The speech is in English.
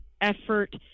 effort